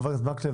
חבר הכנסת מקלב,